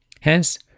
Hence